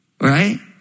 right